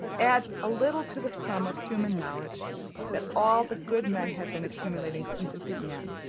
add a little to the sum of human knowledge that all the good men have been accumulating since it began.